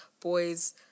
boys